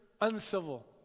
uncivil